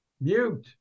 Mute